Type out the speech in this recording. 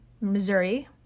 Missouri